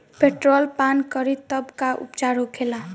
Petrol पान करी तब का उपचार होखेला?